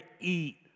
eat